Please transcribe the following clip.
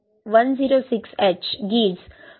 25